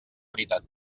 veritat